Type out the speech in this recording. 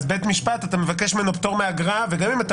אתה מבקש ממנו פטור מאגרה וגם אם אתה